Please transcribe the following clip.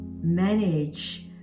manage